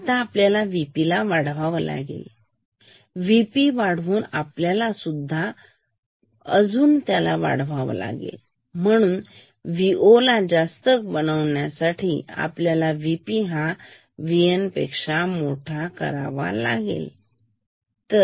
आता आपल्याला VPवाढवायचे आहे आणि VP वाढवून आपल्याला सुद्धा वाढवायचे आहे म्हणून Vo ला जास्त करण्यासाठी आपल्यालाVP हा VN पेक्षा मोठा करावा लागतो